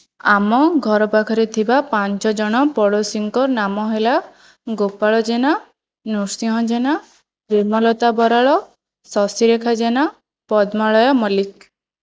ଆମ ଘର ପାଖରେ ଥିବା ପାଞ୍ଚଜଣ ପଡ଼ୋଶୀଙ୍କ ନାମ ହେଲା ଗୋପାଳ ଜେନା ନୃସିଂହ ଜେନା ପ୍ରେମଲତା ବରାଳ ଶଶିରେଖା ଜେନା ପଦ୍ମାଳୟା ମଲ୍ଲିକ